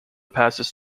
passes